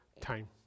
time